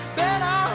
better